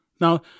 Now